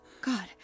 God